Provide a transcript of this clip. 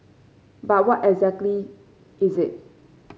but what exactly is it